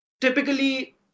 typically